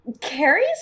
Carrie's